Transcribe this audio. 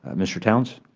ah mr. towns?